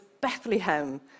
Bethlehem